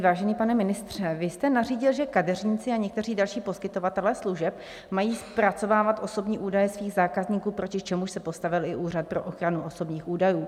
Vážený pane ministře, vy jste nařídil, že kadeřníci a někteří další poskytovatelé služeb mají zpracovávat osobní údaje svých zákazníků, proti čemuž se postavil i Úřad pro ochranu osobních údajů.